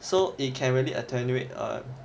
so it can really attenuate err